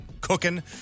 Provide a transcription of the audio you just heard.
cooking